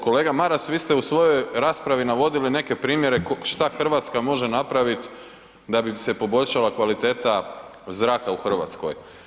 Kolega Maras vi ste u svojoj raspravi navodili neke primjere šta Hrvatska može napravit da bi se poboljšala kvaliteta zraka u Hrvatskoj.